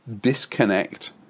disconnect